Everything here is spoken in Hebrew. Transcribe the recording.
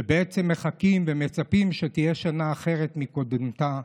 שבעצם מחכים ומצפים שתהיה שנה אחרת מקודמתה.